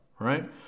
right